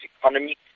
economy